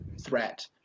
threat